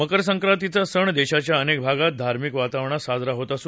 मकर संक्रांतीचा सण देशाच्या अनेक भागात धार्मिक वातावरणात साजरा होत आहे